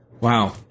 Wow